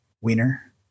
wiener